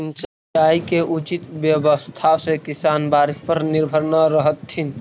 सिंचाई के उचित व्यवस्था से किसान बारिश पर निर्भर न रहतथिन